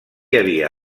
havia